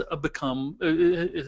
become